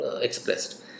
expressed